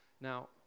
Now